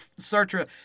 Sartre